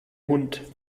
hund